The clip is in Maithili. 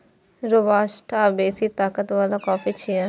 रोबास्टा बेसी ताकत बला कॉफी छियै